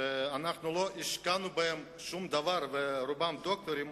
שאנחנו לא השקענו בהם שום דבר, רובם דוקטורים.